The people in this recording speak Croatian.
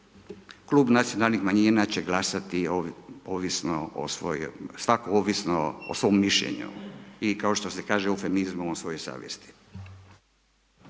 Klub Nacionalnih manjina će glasati ovisno o svojoj, svatko ovisno o svom mišljenju i kao što se kaže u feminizmu, po svojoj savjesti.